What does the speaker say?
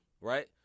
right